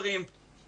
שיח של תיקון ושיפור,